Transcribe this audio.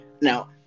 Now